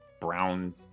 brown